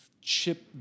chip